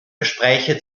gespräche